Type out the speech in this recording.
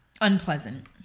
Unpleasant